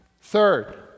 Third